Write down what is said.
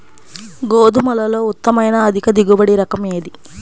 గోధుమలలో ఉత్తమమైన అధిక దిగుబడి రకం ఏది?